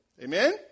Amen